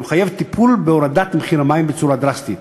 זה מחייב טיפול בהורדת מחיר המים בצורה דרסטית.